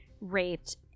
raped